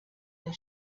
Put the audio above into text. der